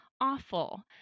awful